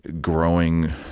growing